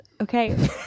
Okay